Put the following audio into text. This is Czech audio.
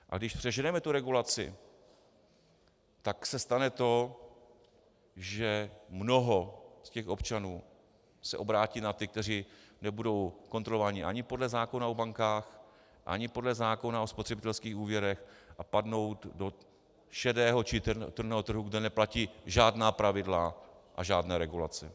A když přeženeme tu regulaci, tak se stane to, že mnoho z těch občanů se obrátí na ty, kteří nebudou kontrolováni ani podle zákona o bankách ani podle zákona o spotřebitelských úvěrech a padnou do šedého trhu, kde neplatí žádná pravidla a žádné regulace.